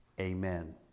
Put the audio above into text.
amen